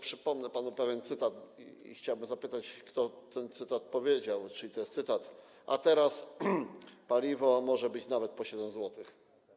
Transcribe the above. Przypomnę panu pewien cytat i chciałbym zapytać, kto to powiedział, czyj to jest cytat: A teraz paliwo może być nawet po 7 zł.